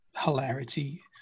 hilarity